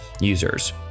users